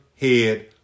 head